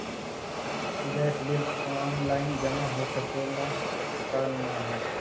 Gas bill online जमा हो सकेला का नाहीं?